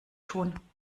tun